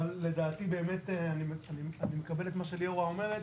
אבל לדעתי באמת אני מקבל מה שליאורה אומרת,